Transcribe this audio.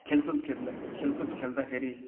खेलकुद खेल्दा खेलकुद खेल्दाखेरि